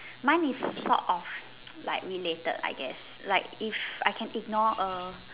mine is sort of like related I guess like if I can ignore A